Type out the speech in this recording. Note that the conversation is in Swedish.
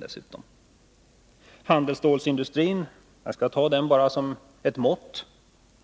Låt mig använda handelsstålsindustrin som ett mått,